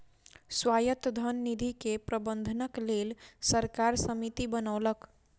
स्वायत्त धन निधि के प्रबंधनक लेल सरकार समिति बनौलक